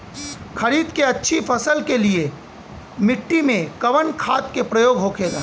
खरीद के अच्छी फसल के लिए मिट्टी में कवन खाद के प्रयोग होखेला?